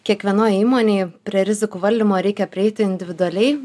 kiekvienoj įmonėj prie rizikų valdymo reikia prieiti individualiai